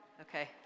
Okay